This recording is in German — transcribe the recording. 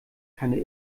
keine